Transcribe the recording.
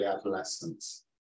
adolescence